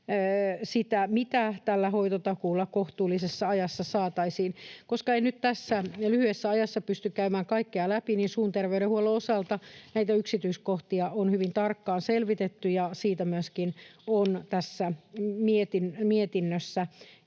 mitä tällä hoitotakuulla kohtuullisessa ajassa saataisiin. Koska en nyt tässä lyhyessä ajassa pysty käymään kaikkea läpi, niin käyn nämä: Suun terveydenhuollon osalta näitä yksityiskohtia on hyvin tarkkaan selvitetty, ja siitä myöskin on tässä mietinnössä